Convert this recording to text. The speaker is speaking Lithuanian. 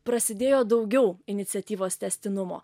prasidėjo daugiau iniciatyvos tęstinumo